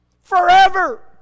forever